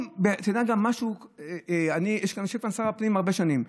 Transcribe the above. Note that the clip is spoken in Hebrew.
יושב כאן שר הפנים הרבה שנים,